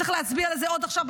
צריך להצביע על זה עוד עכשיו,